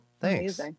Thanks